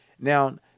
Now